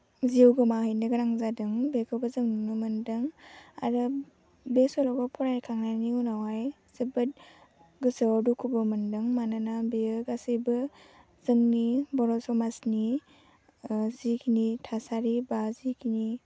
जिउ गोमाहैनो गोनां जादों बेखौबो जों नुनो मोनदों आरो बे सल'खौ फरायखांनायनि उनावहाय जोबोद गोसोआव दुखुबो मोनदों मानोना बेयो गासैबो जोंनि बर' समाजनि जिखिनि थासारि बा जिखिनि